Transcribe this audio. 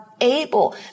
able